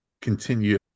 continue